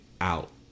out